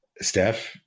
Steph